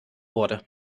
wurde